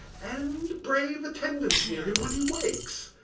and brave attendants near him when he wakes,